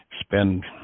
spend